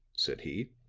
said he.